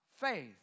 faith